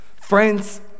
Friends